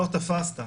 לא תפסת.